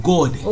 God